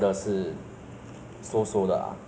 那个食物价钱会比较低